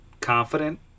confident